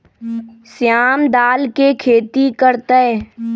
श्याम दाल के खेती कर तय